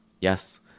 yes